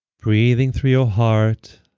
breathing through your heart.